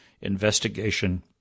investigation